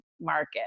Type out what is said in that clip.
market